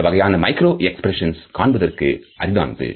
இந்த வகையான micro expressions காண்பதற்கு அரிதானது